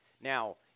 Now